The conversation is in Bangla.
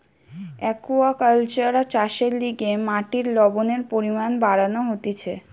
একুয়াকালচার চাষের লিগে মাটির লবণের পরিমান বাড়ানো হতিছে